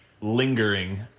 lingering